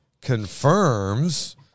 confirms